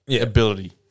ability